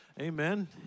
amen